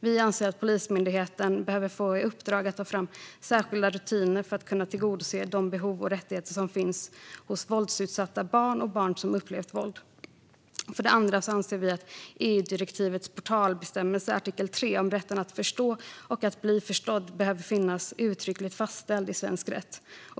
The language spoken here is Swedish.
Vi anser att Polismyndigheten behöver få i uppdrag att ta fram särskilda rutiner för att kunna tillgodose behov hos och rättigheter för våldsutsatta barn och barn som upplever våld. För det andra anser vi att EU-direktivets portalbestämmelse, artikel 3 om rätten att förstå och bli förstådd, behöver finnas uttryckligt fastställd i svensk rätt.